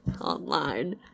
online